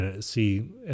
see